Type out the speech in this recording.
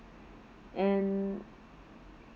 and